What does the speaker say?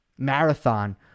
Marathon